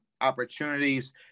opportunities